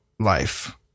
life